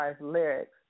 lyrics